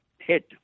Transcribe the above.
hit